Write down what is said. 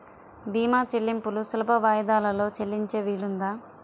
భీమా చెల్లింపులు సులభ వాయిదాలలో చెల్లించే వీలుందా?